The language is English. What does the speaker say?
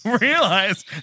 realize